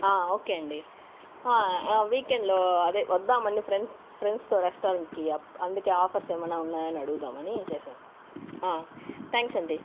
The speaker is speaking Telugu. ఓకే అండీ వీకెండ్లో అదే వద్దామని ఫ్రెండ్స్ ఫ్రెండ్స్తో రెస్టారంట్కి అ అందుకే ఆఫర్స్ ఏమన్నా ఉన్నాయా అని అడుగుదామని చేశాను థ్యాంక్స్ అండీ